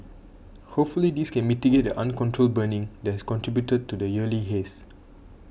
hopefully this can mitigate the uncontrolled burning that has contributed to the yearly haze